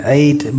eight